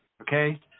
Okay